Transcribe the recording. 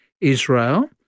Israel